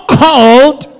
called